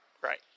right